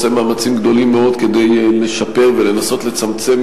עושה מאמצים גדולים מאוד כדי לשפר ולנסות לצמצם